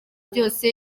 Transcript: byose